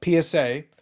PSA